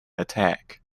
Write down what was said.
attack